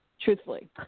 Truthfully